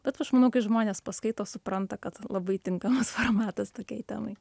bet aš manau kai žmonės paskaito supranta kad labai tinkamas formatas tokiai temai